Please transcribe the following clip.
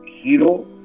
hero